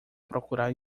procurar